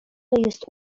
jest